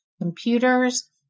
computers